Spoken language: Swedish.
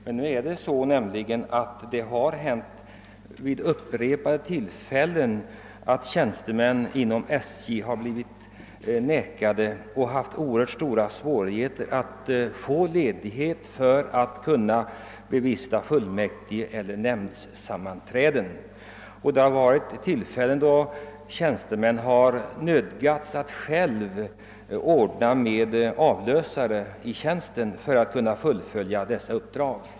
Det förhåller sig emellertid så, att tjänstemän inom SJ vid upprepade tillfällen blivit nekade tjänstledighet eller haft svårt att erhålla sådan för bevistande av fullmäktigeeller nämndsammanträden. I vissa fall har vederbörande tjänstemän själva måst ordna med avlösare i tjänsten för att kunna fullfölja uppdragen.